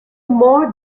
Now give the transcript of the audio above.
moore